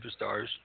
superstars